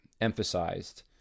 emphasized